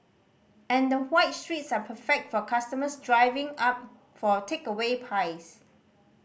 and the wide streets are perfect for customers driving up for takeaway pies